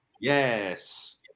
Yes